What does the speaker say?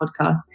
podcast